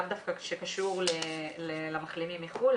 לאו דווקא שקשור למחלימים מחוץ לארץ.